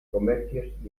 comercios